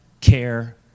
care